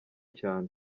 cyane